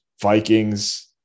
Vikings